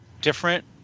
different